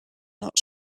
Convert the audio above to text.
not